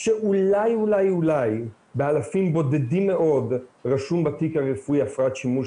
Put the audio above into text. שאולי אולי באלפים בודדים מאוד רשום בתיק הרפואי הפרעת שימוש